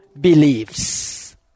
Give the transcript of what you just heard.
believes